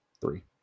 Three